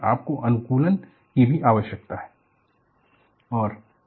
आपको अनुकूलन की भी आवश्यकता है